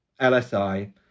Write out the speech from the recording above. LSI